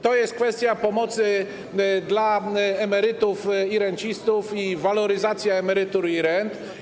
To jest kwestia pomocy dla emerytów i rencistów i waloryzacja emerytur i rent.